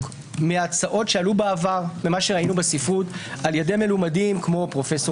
מהצעות שעלו בעבר ממה שראינו בספרות על-ידי מלומדים כמו פרופ'